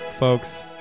Folks